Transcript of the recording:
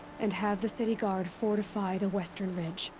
and have the city guard fortify the western ridge.